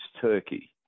Turkey